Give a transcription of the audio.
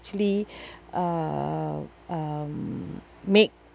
actually uh um make